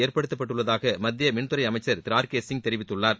ஏற்படுத்தப்பட்டுள்ளதாக மத்திய மின்துறை அமைச்சர் திரு ஆர் கே சிங் தெரிவித்துள்ளார்